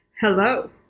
Hello